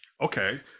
Okay